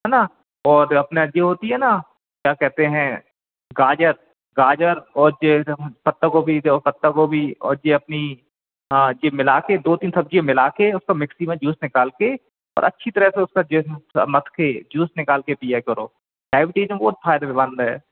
है ना और अपने जो होती है ना क्या कहते हैं गाजर गाजर और ये जो पत्ता गोभी जो पत्ता गोभी और जे अपनी हाँ जे मिला के दो तीन सब्ज़ियाँ मिला के उसका मिक्सी में जूस निकाल के और अच्छी तरह से उसका थोड़ा मत्त के जूस निकाल के पिया करो डायबटीज में बहुत फ़ायदेमंद है